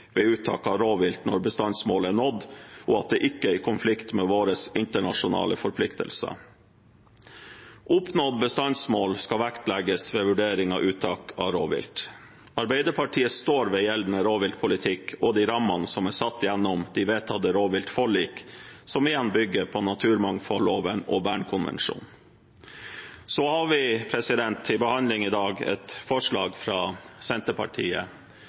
ved uttak av rovvilt når bestandsmålet er nådd og det ikke er i konflikt med våre internasjonale forpliktelser. Oppnådd bestandsmål skal vektlegges ved vurdering av uttak av rovvilt. Arbeiderpartiet står ved gjeldende rovviltpolitikk og de rammene som er satt gjennom de vedtatte rovviltforlik, som igjen bygger på naturmangfoldloven og Bernkonvensjonen. Vi har til behandling i dag et forslag fra Senterpartiet.